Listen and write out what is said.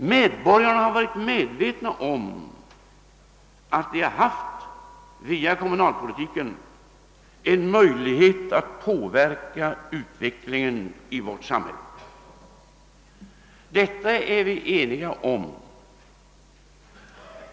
Medborgarna har varit medvetna om att de via kommunalpolitiken har haft en möjlighet att påverka utvecklingen i vårt samhälle. Detta är vi eniga om.